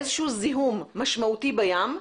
איזשהו זיהום משמעותי בים,